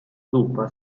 zuppa